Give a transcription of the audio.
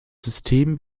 system